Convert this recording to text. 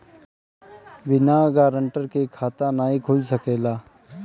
बिना गारंटर के खाता नाहीं खुल सकेला?